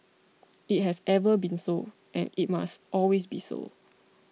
it has ever been so and it must always be so